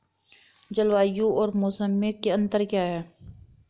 जलवायु और मौसम में अंतर क्या है?